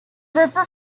river